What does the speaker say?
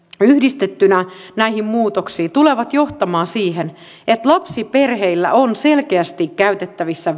yhdistettynä tulevat johtamaan siihen että lapsiperheillä on selkeästi käytettävissä